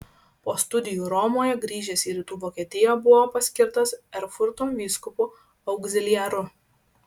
po studijų romoje grįžęs į rytų vokietiją buvo paskirtas erfurto vyskupu augziliaru